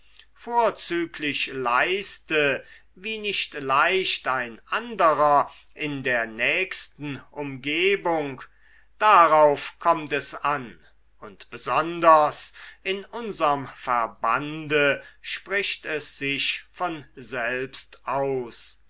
vorzüglich leiste wie nicht leicht ein anderer in der nächsten umgebung darauf kommt es an und besonders in unserm verbande spricht es sich von selbst aus